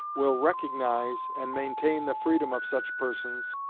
will recognize and maintain the freedom of such persons,